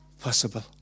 Possible